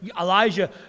Elijah